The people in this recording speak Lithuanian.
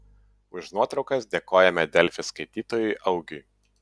už nuotraukas dėkojame delfi skaitytojui augiui